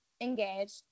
engaged